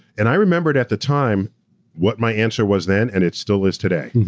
and i remembered at the time what my answer was then and it still is today.